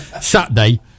Saturday